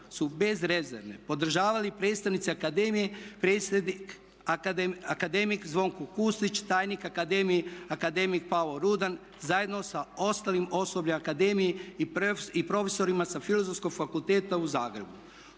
su bez rezerve podržavali predstavnici akademije, predsjednik akademik Zvonko Kusić, tajnik akademik Pavao Rudan zajedno sa ostalim osobljem akademije i profesorima sa Filozofskog fakulteta u Zagrebu.